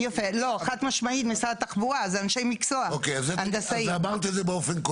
זה שאם תהיה הערה חריפה